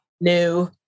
new